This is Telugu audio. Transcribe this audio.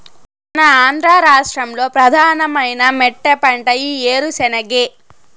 మన ఆంధ్ర రాష్ట్రంలో ప్రధానమైన మెట్టపంట ఈ ఏరుశెనగే